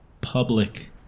public